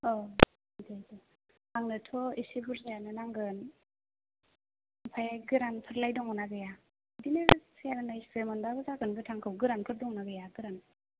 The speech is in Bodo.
औ आंनोथ' एसे बुरजायानो नांगोन आमफ्राय गोरानफोरलाय दङ ना गैया बिदिनो सेरनैसे मोनबाबो जागोन गोथांखौ गोरानफोर दं ना गैया गोरान